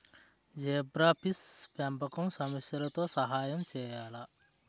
Zebrafish పెంపకం సమస్యలతో సహాయం చేయాలా?